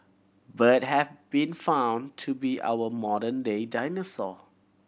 bird have been found to be our modern day dinosaur